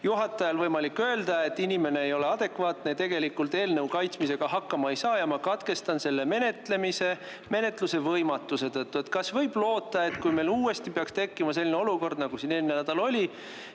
juhatajal võimalik öelda, et inimene ei ole adekvaatne ja tegelikult eelnõu kaitsmisega hakkama ei saa ja ma katkestan selle menetlemise menetluse võimatuse tõttu. Kas võib loota, et kui meil uuesti peaks tekkima selline olukord, nagu siin eelmine nädal oli,